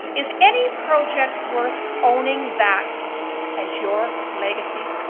is any project worth owning that as your legacy?